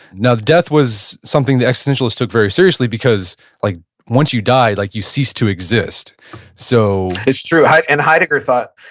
now, death was something that existentialist took very seriously because like once you die, like you cease to exist so it's true high. and heidegger thought,